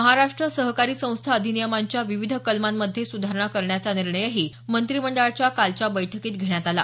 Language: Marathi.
महाराष्ट्र सहकारी संस्था अधिनियमांच्या विविध कलमांमध्ये सुधारणा करण्याचा निर्णयही मंत्रिमंडळाच्या कालच्या बैठकीत घेण्यात आला